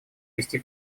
вести